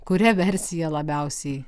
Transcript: kuria versija labiausiai